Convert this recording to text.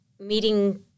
meeting